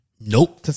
Nope